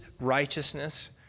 righteousness